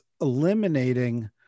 eliminating